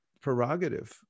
prerogative